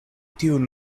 tiun